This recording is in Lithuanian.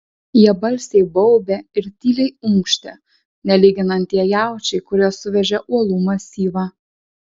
jie balsiai baubė ir tyliai unkštė nelyginant tie jaučiai kurie suvežė uolų masyvą